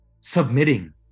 submitting